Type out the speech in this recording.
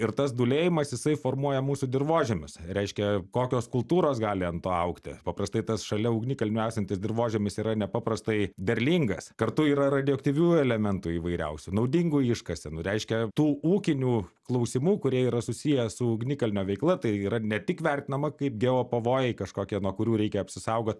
ir tas dūlėjimas jisai formuoja mūsų dirvožemius reiškia kokios kultūros gali ant to augti paprastai tas šalia ugnikalnio esantis dirvožemis yra nepaprastai derlingas kartu yra radioaktyvių elementų įvairiausių naudingų iškasenų reiškia tų ūkinių klausimų kurie yra susiję su ugnikalnio veikla tai yra ne tik vertinama kaip geo pavojai kažkokie nuo kurių reikia apsisaugot